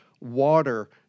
water